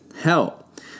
help